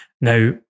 Now